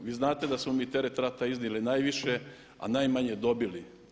Vi znate da smo mi teret rata iznijeli najviše, a najmanje dobili.